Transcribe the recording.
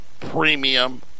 premium